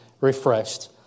refreshed